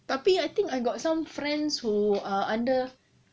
tapi I think I got some friends who are under